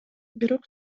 бирок